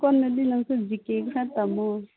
ꯀꯣꯟꯅꯗꯤ ꯅꯪꯁꯨ ꯖꯤ ꯀꯦ ꯈꯔ ꯇꯝꯃꯣ